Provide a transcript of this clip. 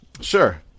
Sure